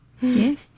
Yes